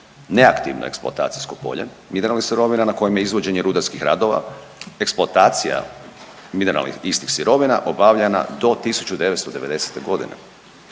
neaktivno eksploatacijskog polje mineralnih sirovina na kojem je izvođenje rudarskih radova, eksploatacija mineralnih istih sirovina obavljana do 1990. godine.